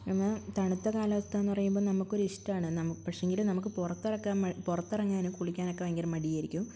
എന്നാല് തണുത്ത കാലാവസ്ഥയെന്ന് പറയുമ്പോള് നമുക്കൊരിഷ്ടമാണ് പക്ഷേയെങ്കില് നമുക്ക് പുറത്തിറങ്ങാനും കുളിക്കാനുമൊക്കെ ഭയങ്കരം മടിയായിരിക്കും